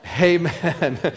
Amen